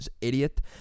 idiot